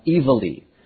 evilly